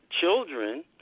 children